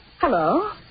Hello